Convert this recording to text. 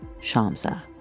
Shamsa